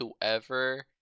whoever